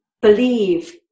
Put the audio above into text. believe